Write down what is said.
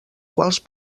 quals